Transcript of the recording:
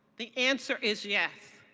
the answer is yes.